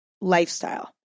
lifestyle